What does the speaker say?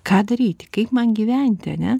ką daryti kaip man gyventi ane